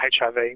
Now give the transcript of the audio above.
HIV